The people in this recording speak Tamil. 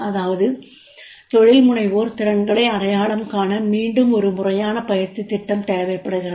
அதாவது தொழில்முனைவோர் திறன்களை அடையாளம் காண மீண்டும் ஒரு முறையான பயிற்சித் திட்டம் தேவைப்படுகிறது